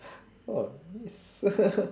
oh yes